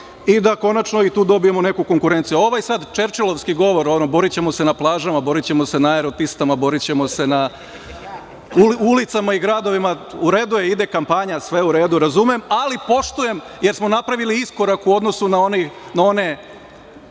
i da konačno i tu dobijemo neku konkurenciju. Ovaj sad Čerčilovski govor, ono borićemo se na plažama, borićemo se na aero-pistama, borićemo se na ulicama i gradovima, u redu je, ide kampanja, sve u redu, razumem, ali poštujem, jer smo napravili iskorak u odnosu na one